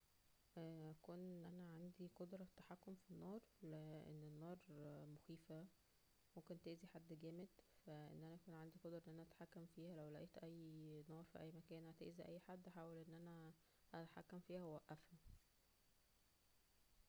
اه اكون ان انا عندى قدرة للتحكم فى النار ل-لان النار اه- النار مخيفة ممكن تاذى حد جامد ,فا ان انا يكون عندى قدرة ان انا اتحكم فىها, لو لاقيت اى-ىى- نار فى اى مكان وانها هتاذى اى حد احاول ان انا اتحكم فيها و اوقفها